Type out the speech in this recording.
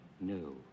No